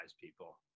people